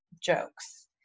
jokes